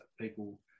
people